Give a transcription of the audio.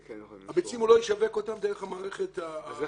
את הביצים הוא לא ישווק דרך המערכת --- איך